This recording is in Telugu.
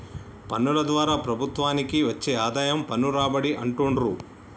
పన్నుల ద్వారా ప్రభుత్వానికి వచ్చే ఆదాయం పన్ను రాబడి అంటుండ్రు